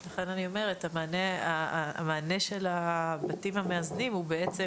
לכן אני אומרת: המענה של הבתים המאזנים הוא בעצם